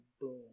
boom